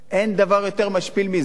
אין דבר יותר משפיל מזה,